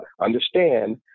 Understand